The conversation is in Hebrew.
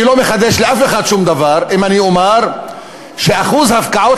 אני לא מחדש לאף אחד שום דבר אם אני אומר שאחוז הפקעות